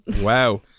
Wow